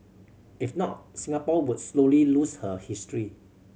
if not Singapore would slowly lose her history